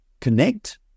connect